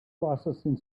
processing